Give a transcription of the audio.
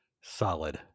Solid